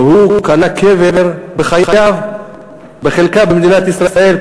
והוא קנה חלקת קבר בחייו במדינת ישראל,